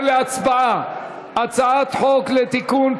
הצעת החוק עברה